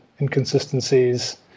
inconsistencies